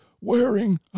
wearing